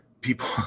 people